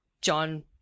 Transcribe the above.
John